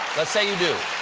let's say you do,